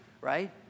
right